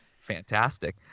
Fantastic